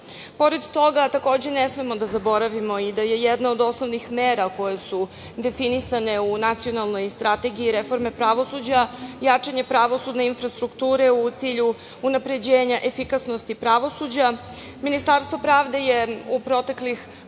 toga ne smemo da zaboravimo i da je jedna od osnovnih mera koje su definisane u Nacionalnoj strategiji reforme pravosuđa – jačanje pravosudne infrastrukture u cilju unapređenja efikasnosti pravosuđa. Ministarstvo pravde je u proteklih